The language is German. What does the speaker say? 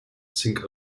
zink